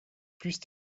plus